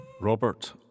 Robert